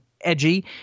edgy